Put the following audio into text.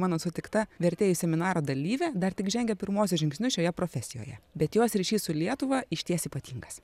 mano sutikta vertėjų seminaro dalyvė dar tik žengia pirmuosius žingsnius šioje profesijoje bet jos ryšys su lietuva išties ypatingas